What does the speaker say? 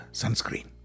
sunscreen